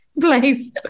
place